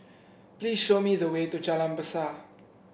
please show me the way to Jalan Besar